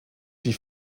die